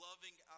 Loving